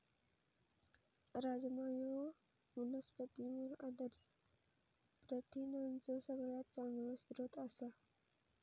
राजमा ह्यो वनस्पतींवर आधारित प्रथिनांचो सगळ्यात चांगलो स्रोत आसा